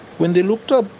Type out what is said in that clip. when they looked up,